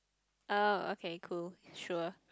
oh okay cool sure